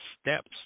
steps